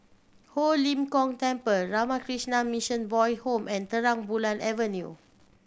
Ho Lim Kong Temple Ramakrishna Mission Boy Home and Terang Bulan Avenue